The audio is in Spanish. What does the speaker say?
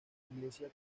iglesia